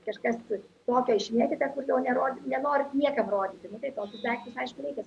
kažkas turi kokią išmėtytą kur jo nero nenorit niekam rodyti nu tai tokius daiktus aišku reikia